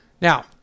Now